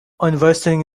investing